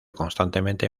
constantemente